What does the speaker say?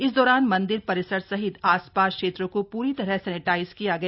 इस दौरान मंदिर परिसर सहित आसपास क्षेत्रों को प्री तरह सैनेटाइज किया गया